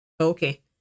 Okay